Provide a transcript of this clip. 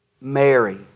Mary